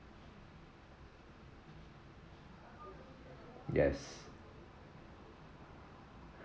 yes